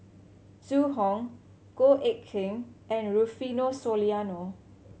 Zhu Hong Goh Eck Kheng and Rufino Soliano